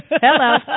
Hello